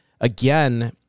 again